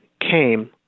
came